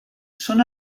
són